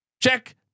check